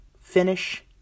finish